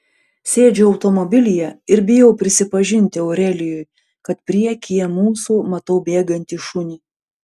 sėdžiu automobilyje ir bijau prisipažinti aurelijui kad priekyje mūsų matau bėgantį šunį